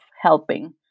helping